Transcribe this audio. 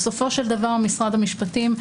בסופו של דבר משרד המשפטים-